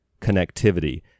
connectivity